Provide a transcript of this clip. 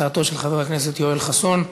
הצעתו של חבר הכנסת יואל חסון,